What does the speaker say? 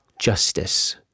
justice